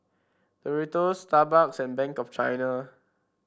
Doritos Starbucks and Bank of China